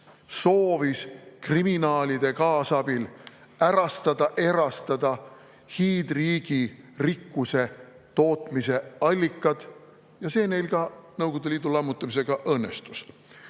soovis kriminaalide kaasabil ärastada, erastada hiidriigi rikkuse tootmise allikad, ja see neil Nõukogude Liidu lammutamisega ka õnnestus.